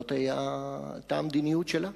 זאת היתה המדיניות שלה.